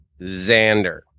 Xander